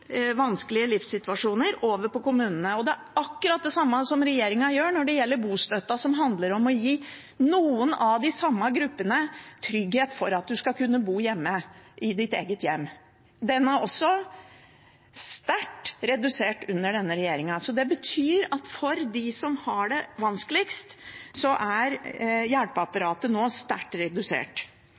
vanskelige livssituasjoner over på kommunene. Det er akkurat det samme som regjeringen gjør når det gjelder bostøtte, som handler om å gi noen av de samme gruppene trygghet for å kunne bo i sitt eget hjem. Den er også sterkt redusert under denne regjeringen. Dette betyr at for dem som har det vanskeligst, er hjelpeapparatet nå sterkt redusert.